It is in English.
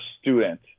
student